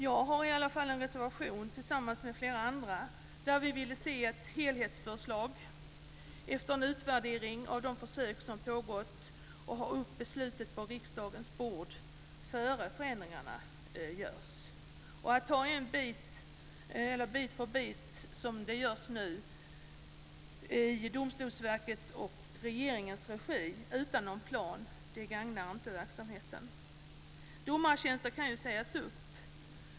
Jag har i alla fall en reservation tillsammans med flera andra där vi säger att vi vill se ett helhetsförslag efter en utvärdering av de försök som pågått och ha upp beslutet på riksdagens bord innan förändringarna görs. Att ta bit för bit, som det görs nu i Domstolsverkets och regeringens regi, utan någon plan, gagnar inte verksamheten. Domartjänster kan inte sägas upp.